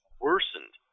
worsened